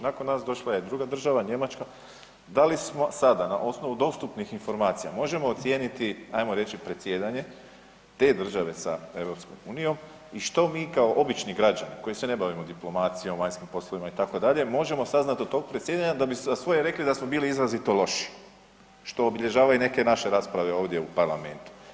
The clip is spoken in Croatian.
Nakon nas došla je druga država Njemačka, da li smo sada na osnovu dostupnih informacija možemo ocijeniti ajmo reći predsjedanje te države sa EU i što mi kao obični građani koji se ne bavimo diplomacijom, vanjskim poslovima itd., možemo saznati od tog predsjedanja da za svoje rekli da smo bili izrazito loši što obilježava i neke naše rasprave ovdje u parlamentu.